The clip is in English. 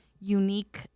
unique